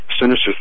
sinister